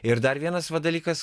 ir dar vienas dalykas